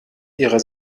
ihrer